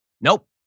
nope